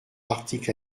articles